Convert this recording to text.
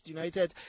United